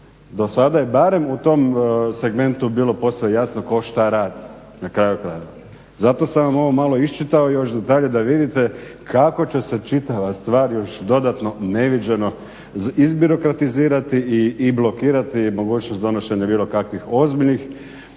Do sada je barem u tom segmentu bilo posve jasno tko šta radi, na kraju krajeva. Zato sam vam ovo malo iščitao još detalja da vidite kako će se čitava stvar još dodatno neviđeno izbirokratizirati i blokirati mogućnost donošenja bilo kakvih ozbiljnih